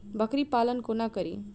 बकरी पालन कोना करि?